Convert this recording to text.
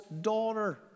daughter